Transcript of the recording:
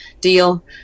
deal